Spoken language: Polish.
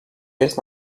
jest